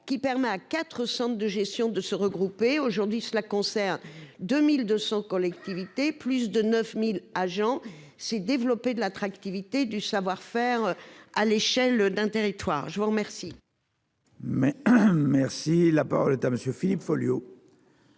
qui permet à 400 de gestion de se regrouper aujourd'hui cela concerne 2200 collectivités. Plus de 9000 agents s'est développé de l'attractivité du savoir-faire à l'échelle d'un territoire. Je vous remercie. Mais merci, la parole est à monsieur Philippe Folliot.